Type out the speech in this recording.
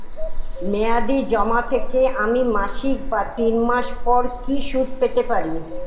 মেয়াদী জমা থেকে আমি মাসিক বা তিন মাস পর কি সুদ পেতে পারি?